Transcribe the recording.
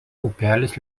upelis